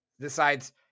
decides